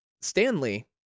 Stanley